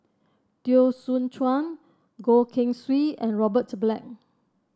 Teo Soon Chuan Goh Keng Swee and Robert Black